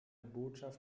botschaft